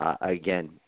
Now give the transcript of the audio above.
again